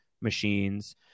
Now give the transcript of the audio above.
machines